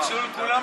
נתקבל.